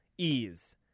Ease